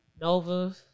Nova